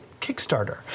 Kickstarter